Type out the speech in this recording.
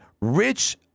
rich